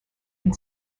and